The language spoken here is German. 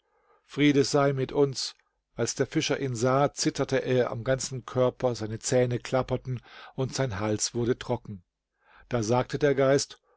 friede sei mit uns als der fischer ihn sah zitterte er am ganzen körper seine zähne klapperten und sein hals wurde trocken da sagte der geist